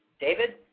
David